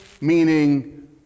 meaning